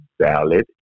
valid